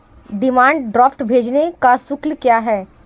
Demand draft भेजने का शुल्क क्या है?